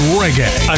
reggae